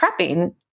prepping